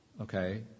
Okay